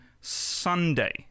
sunday